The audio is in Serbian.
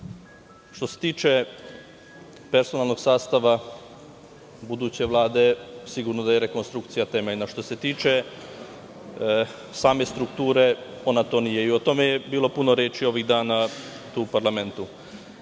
što se tiče personalnog sastava buduće Vlade, sigurno da je rekonstrukcija temeljna. Što se tiče, same strukture, ona to nije, i o tome je bilo puno reči ovih dana u parlamentu. Bilo